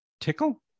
Tickle